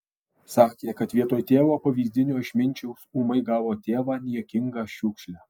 sakė kad vietoj tėvo pavyzdinio išminčiaus ūmai gavo tėvą niekingą šiukšlę